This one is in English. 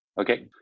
Okay